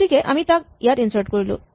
গতিকে আমি তাক ইয়াত ইনচাৰ্ট কৰিলোঁ